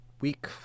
week